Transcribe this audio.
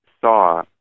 saw